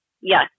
Yes